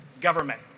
government